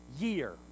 year